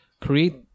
create